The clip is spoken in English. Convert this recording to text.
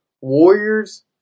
Warriors